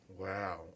Wow